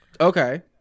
Okay